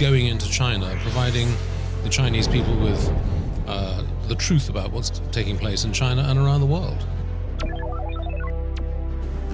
going into china hiding the chinese people is the truth about what's taking place in china and around the world